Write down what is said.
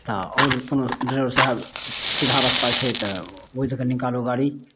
तऽ आओर कोनो ड्राइबर साहेब सीधा रस्ता छै तऽ ओहि दऽ कऽ निकालू गाड़ी